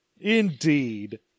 Indeed